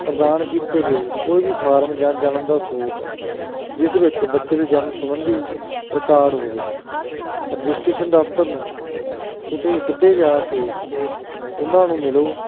ਪ੍ਰਦਾਨ ਕੀਤੇ ਗਏ ਕੋਈ ਵੀ ਫਾਰਮ ਜਾਂ ਜਨਮ ਦਾ ਸਬੂਤ ਜਿਸ ਵਿੱਚ ਬੱਚੇ ਦੇ ਜਨਮ ਸੰਬੰਧੀ ਰਿਕਾਰਡ ਹੋਵੇ ਰਜਿਸਟ੍ਰੇਸ਼ਨ ਦਫ਼ਤਰ ਨੂੰ ਤੁਸੀਂ ਸਿੱਧੇ ਜਾ ਕੇ ਉਹਨਾਂ ਨੂੰ ਮਿਲੋ